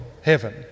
heaven